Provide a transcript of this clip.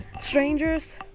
Strangers